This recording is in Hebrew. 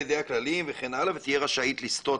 ידי הכללים וכן הלאה ותהיה רשאית לסטות,